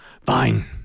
fine